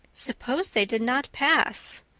suppose they did not pass!